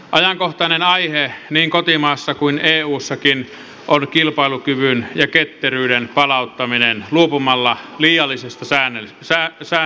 ajankohtainen aihe niin kotimaassa kuin eussakin on kilpailukyvyn ja ketteryyden palauttaminen luopumalla liiallisesta sääntelystä